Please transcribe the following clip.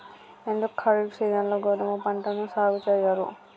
ఎందుకు ఖరీఫ్ సీజన్లో గోధుమ పంటను సాగు చెయ్యరు?